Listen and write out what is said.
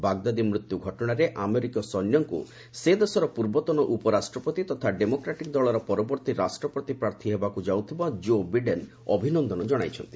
Baghdadi ମୃତ୍ୟୁ ଘଟଣାରେ ଆମେରିକୀୟ ସୈନ୍ୟଙ୍କୁ ସେ ଦେଶର ପୂର୍ବତନ ଉପରାଷ୍ଟ୍ରପତି ତଥା ଡେମୋକ୍ରାଟିକ୍ ଦଳର ପରବର୍ତ୍ତୀ ରାଷ୍ଟ୍ରପତି ପ୍ରାର୍ଥୀ ହେବାକୁ ଯାଉଥିବା ଜୋ ବିଡେନ୍ ଅଭିନନ୍ଦନ ଜଣାଇଛନ୍ତି